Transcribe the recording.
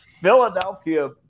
Philadelphia